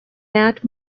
matt